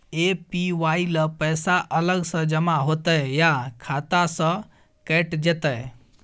APY ल पैसा अलग स जमा होतै या खाता स कैट जेतै?